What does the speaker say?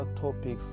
topics